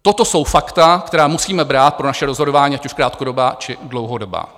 Toto jsou fakta, která musíme brát pro naše rozhodování, ať už krátkodobá, či dlouhodobá.